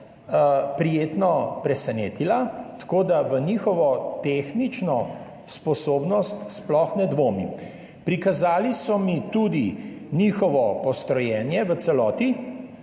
prijetno presenetila, tako da v njihovo tehnično sposobnost sploh ne dvomim. Prikazali so mi tudi svoje postrojenje v celoti